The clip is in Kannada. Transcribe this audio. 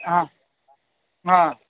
ಹಾಂ ಹಾಂ